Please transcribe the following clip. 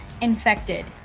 infected